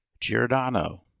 Giordano